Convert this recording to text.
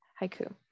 haiku